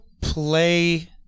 Play